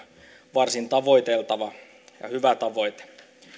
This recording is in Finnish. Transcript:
varsin tavoiteltava ja hyvä tavoite